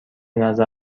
نظر